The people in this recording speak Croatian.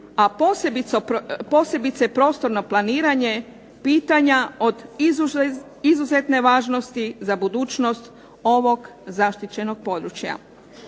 a posebice prostorno planiranje pitanja od izuzetne važnosti za budućnost ovog zaštićenog područja.